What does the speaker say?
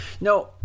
No